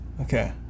Okay